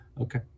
Okay